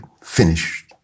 finished